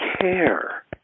care